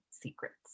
secrets